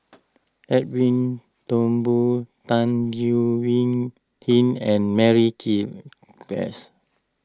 Edwin Thumboo Tan Leo Wee Hin and Mary king Klass